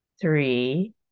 three